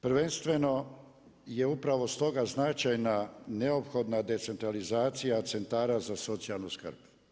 Prvenstveno je upravo stoga značajna neophodna decentralizacija centara za socijalnu skrb.